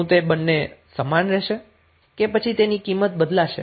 શુ તે બંને સમાન રહેશે કે પછી તેની કિંમત બદલાશે